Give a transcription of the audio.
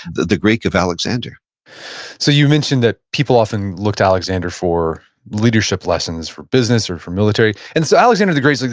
the the greek of alexander so you mentioned that people often looked alexander for leadership lessons, for business or for military. and so, alexander the great,